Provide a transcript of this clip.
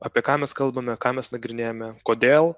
apie ką mes kalbame ką mes nagrinėjame kodėl